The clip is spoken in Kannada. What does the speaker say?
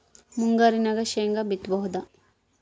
ಮುಂಗಾರಿನಾಗ ಶೇಂಗಾ ಬಿತ್ತಬಹುದಾ?